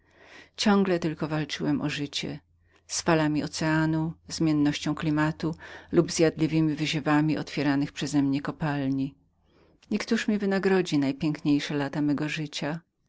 ciągle tylko walczyłem o życie z falami oceanu zmiennością klimatu lub zjadliwemi wyziewami otwieranych przezemnie kopalni i któż mi wynagrodzi najpiękniejsze lata mego życia